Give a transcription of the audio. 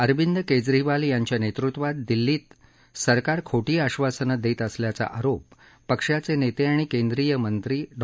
अरविंद केजरीवाल यांच्या नेतृत्वात दिल्लीत सरकार खोटी आश्वासनं देत असल्याचा आरोप पक्षाचे नेते आणि केंद्रीय मंत्री डॉ